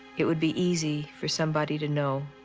it would be easy for somebody to know